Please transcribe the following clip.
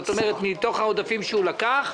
זאת אומרת מתוך העודפים שהוא לקח,